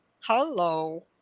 Hello